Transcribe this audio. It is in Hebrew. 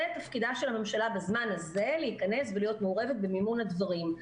זה תפקידה של הממשלה בזמן הזה להיכנס ולהיות מעורבת במימון הדברים.